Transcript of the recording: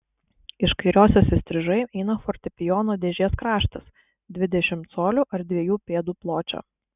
iš kairiosios įstrižai eina fortepijono dėžės kraštas dvidešimt colių ar dviejų pėdų pločio